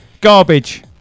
Garbage